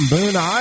Boone